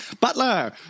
butler